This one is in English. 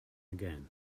again